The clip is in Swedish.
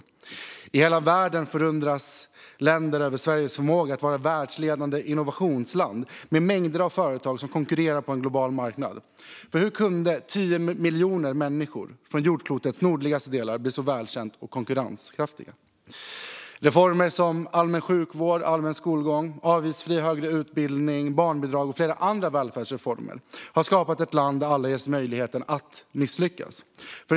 Länder i hela världen förundras över Sveriges förmåga att vara ett världsledande innovationsland med mängder av företag som konkurrerar på en global marknad. Hur kunde ett land med 10 miljoner människor på jordklotets nordligaste del bli så välkänt och konkurrenskraftigt? Reformer som allmän sjukvård och allmän skolgång, avgiftsfri högre utbildning och barnbidrag, liksom flera andra välfärdsreformer, har skapat ett land där alla ges möjligheten att - misslyckas.